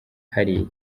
hariya